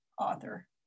author